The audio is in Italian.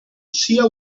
sia